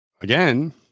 again